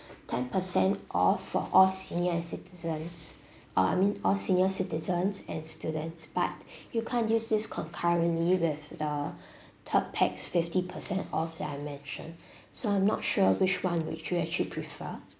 ten percent off for all senior citizens uh I mean all senior citizens and students but you can't use this concurrently with the third pax fifty percent off that I mentioned so I'm not sure which one would you actually prefer